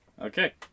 Okay